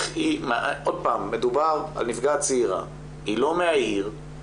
עוד פעם, מדובר על נפגעת צעירה שהיא לא מהעיר,